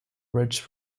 wretched